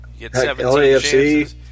LAFC –